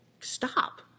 stop